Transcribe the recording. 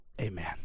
Amen